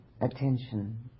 attention